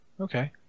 Okay